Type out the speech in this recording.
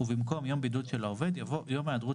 ובמקום "יום בידוד של העובד" יבוא "יום היעדרות